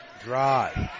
Drive